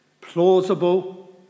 plausible